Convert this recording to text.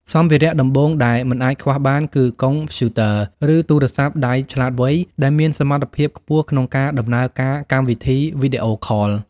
សម្ភារៈដំបូងដែលមិនអាចខ្វះបានគឺ កុំព្យូទ័រ ឬទូរស័ព្ទដៃឆ្លាតវៃដែលមានសមត្ថភាពខ្ពស់ក្នុងការដំណើរការកម្មវិធីវីដេអូខល។